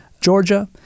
Georgia